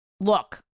look